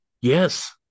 Yes